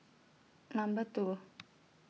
Number two